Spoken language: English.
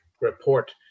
report